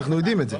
לא.